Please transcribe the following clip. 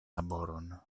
laboron